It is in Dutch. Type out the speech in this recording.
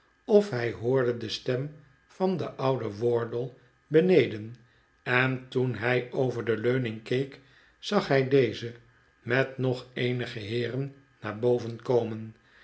of hij hoorde de stem van den ouden wardle beneden en toen hij over de leuning keek zag hij dezen met nog eenige heeren naar bo ven komen